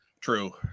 True